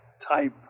type